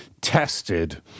tested